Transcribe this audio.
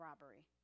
robbery